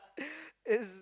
is